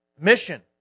mission